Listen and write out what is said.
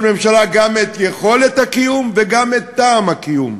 ממשלה גם את יכולת הקיום וגם את טעם הקיום.